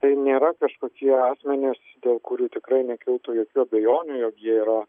tai nėra kažkokie asmenys dėl kurių tikrai nekiltų jokių abejonių jog jie yra